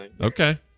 Okay